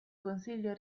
consiglio